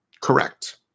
correct